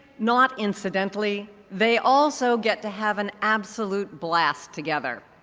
not incidentally, they also get to have an absolute blast together.